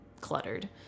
cluttered